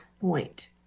point